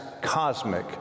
cosmic